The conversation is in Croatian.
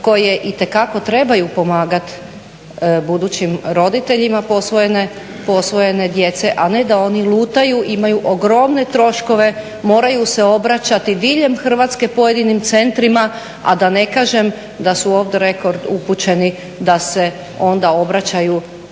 koji itekako trebaju pomagati budućim roditeljima posvojene djece a ne da oni lutaju i imaju ogromne troškove, moraju se obraćati diljem Hrvatske pojedinim centrima, a da ne kažem da su off the record upućeni da se onda obraćaju ono